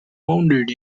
wounded